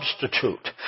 substitute